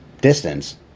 distance